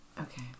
Okay